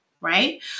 Right